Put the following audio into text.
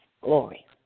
glory